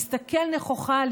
להסתכל נכוחה,